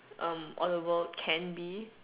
um all the world can be